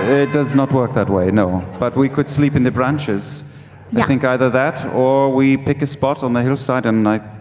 it does not work that way, no, but we could sleep in the branches. i think either that, or we pick a spot on the hillside and i